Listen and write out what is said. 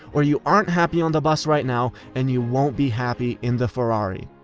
or you aren't happy on the bus right now and you won't be happy in the ferrari.